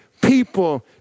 people